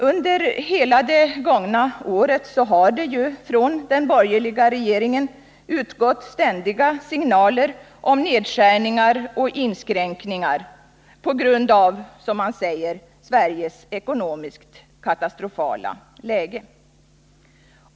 Under hela det gångna året har det från den borgerliga regeringen ständigt utgått signaler om nedskärningar och inskränkningar på grund av, som de säger, Sveriges ekonomiskt katastrofala läge.